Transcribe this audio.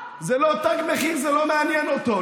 זה לא תג מחיר, זה לא מעניין אותו.